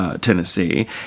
Tennessee